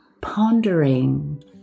pondering